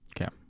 Okay